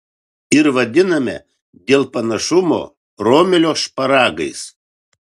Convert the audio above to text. ir vadiname dėl panašumo romelio šparagais